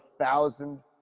thousand